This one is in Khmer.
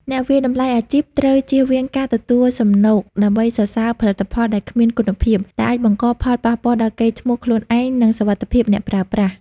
អ្នកវាយតម្លៃអាជីពត្រូវចៀសវាងការទទួលសំណូកដើម្បីសរសើរផលិតផលដែលគ្មានគុណភាព ដែលអាចបង្កផលប៉ះពាល់ដល់កេរ្តិ៍ឈ្មោះខ្លួនឯង និងសុវត្ថិភាពអ្នកប្រើប្រាស់។